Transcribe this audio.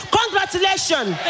congratulations